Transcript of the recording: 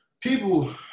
People